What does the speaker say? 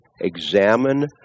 examine